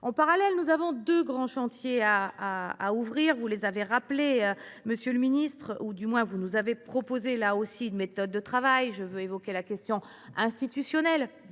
En parallèle, nous devons ouvrir deux grands chantiers. Vous les avez rappelés, monsieur le ministre, ou du moins vous nous avez proposé une méthode de travail. Je veux évoquer la question institutionnelle.